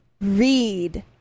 read